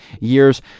years